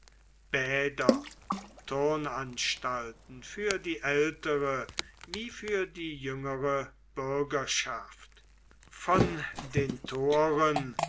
bäder turnanstalten für die ältere wie für die jüngere bürgerschaft von den toren